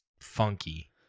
funky